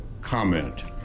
comment